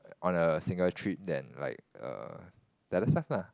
on a single trip then like uh the other stuff lah